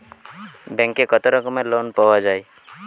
ব্যাঙ্কে কত রকমের লোন পাওয়া য়ায়?